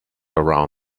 around